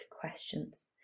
questions